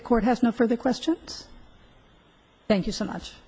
the court has no further questions thank you so much